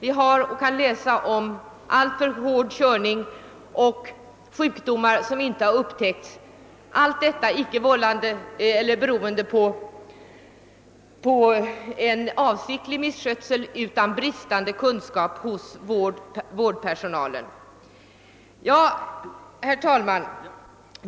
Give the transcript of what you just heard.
Vi kan läsa om alltför hård körning och sjukdomar som inte har upptäckts, beroende icke på någon avsiktlig misskötsel utan på bristande kunskap hos vårdpersonalen. Herr talman!